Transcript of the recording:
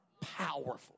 powerful